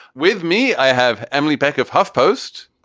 with me, i have emily peck of huffpost.